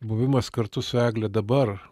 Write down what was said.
buvimas kartu su egle dabar